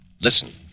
Listen